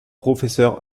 professeur